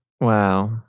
Wow